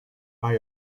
are